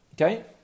Okay